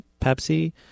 Pepsi